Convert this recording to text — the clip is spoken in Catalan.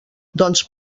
doncs